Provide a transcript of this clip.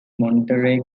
monterey